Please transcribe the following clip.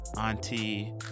auntie